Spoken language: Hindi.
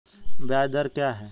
ब्याज दर क्या है?